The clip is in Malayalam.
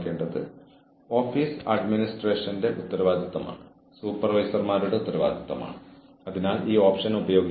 പക്ഷേ ഒരു തെറാപ്പിസ്റ്റിന്റെ റോൾ കളിക്കുന്നത് നിങ്ങളെ വഞ്ചിക്കാൻ കഴിയുന്ന ഒരാളായി കാണപ്പെടാനുള്ള അപകടത്തിലാണ്